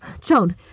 Joan